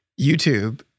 YouTube